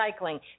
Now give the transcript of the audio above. recycling